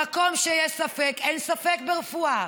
במקום שיש ספק, אין ספק, ברפואה.